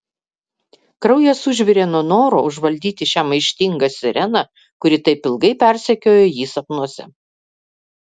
kraujas užvirė nuo noro užvaldyti šią maištingą sireną kuri taip ilgai persekiojo jį sapnuose